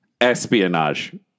Espionage